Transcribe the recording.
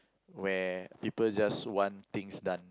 where people just want things done